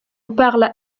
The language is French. parle